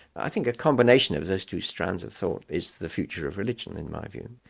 i think a combination of those two strands of thought is the future of religion in my view.